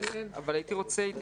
האם את יכולה להבטיח